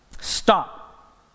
Stop